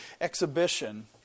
exhibition